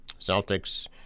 Celtics